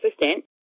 assistant